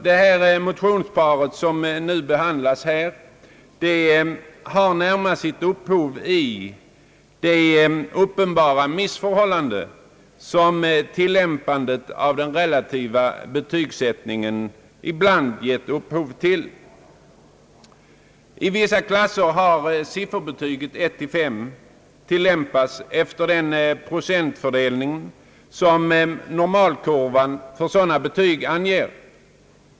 Det motionspar som nu behandlas har närmast sitt upphov i de uppenbara missförhållanden som tillämpandet av den relativa betygssättningen ibland har lett till. I vissa klasser har sifferbetyget 1—5 tillämpats efter den procentfördelning, som normalkurvan för sådana betyg anger.